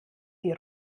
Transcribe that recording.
die